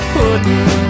putting